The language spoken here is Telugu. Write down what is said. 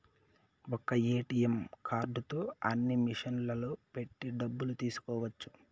ఒక్క ఏటీఎం కార్డుతో అన్ని మిషన్లలో పెట్టి డబ్బులు తీసుకోవచ్చు